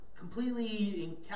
completely